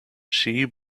she